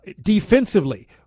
Defensively